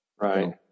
Right